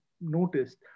noticed